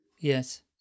Yes